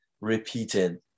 repeated